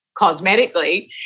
cosmetically